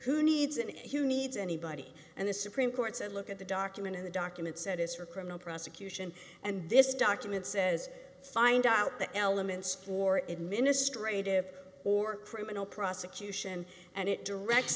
who needs and who needs anybody and the supreme court said look at the document in the documents that is for criminal prosecution and this document says find out the elements for it ministre do or criminal prosecution and it direct